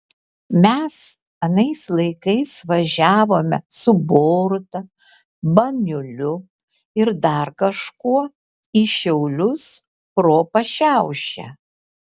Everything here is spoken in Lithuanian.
mes anais laikais važiavome su boruta baniuliu ir dar kažkuo į šiaulius pro pašiaušę